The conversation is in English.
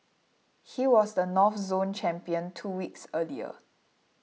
he was the North Zone champion two weeks earlier